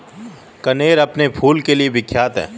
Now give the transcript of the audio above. कनेर अपने फूल के लिए विख्यात है